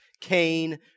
Cain